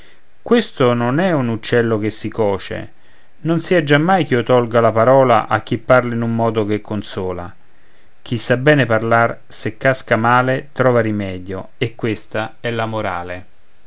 questo non è un uccello che si coce non sia giammai ch'io tolga la parola a chi parla in un modo che consola chi sa bene parlar se casca male trova rimedio e questa è la morale